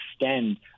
extend